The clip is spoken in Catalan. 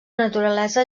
naturalesa